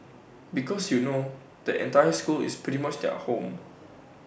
because you know the entire school is pretty much their home